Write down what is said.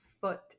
foot